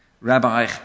Rabbi